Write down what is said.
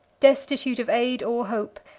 destitute of aid or hope,